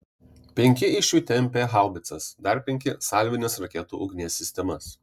penki iš jų tempė haubicas dar penki salvinės raketų ugnies sistemas